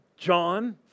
John